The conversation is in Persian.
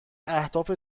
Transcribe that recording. اهداف